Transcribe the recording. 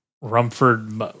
Rumford